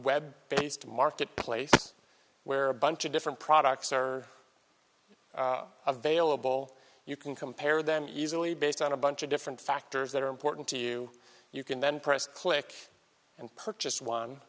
web based marketplace where a bunch of different products are available you can compare them easily based on a bunch of different factors that are important to you you can then press click and purchase one